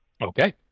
Okay